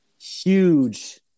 huge